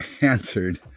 answered